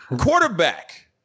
quarterback